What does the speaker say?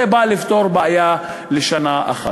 זה בא לפתור בעיה לשנה אחת.